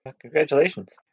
Congratulations